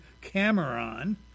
Cameron